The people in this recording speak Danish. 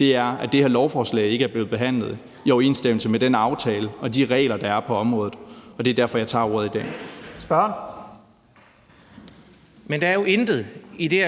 er, at det her lovforslag ikke er blevet behandlet i overensstemmelse med den aftale og de regler, der er på området. Det er derfor, jeg tager ordet i dag. Kl. 10:10 Første